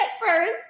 first